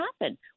happen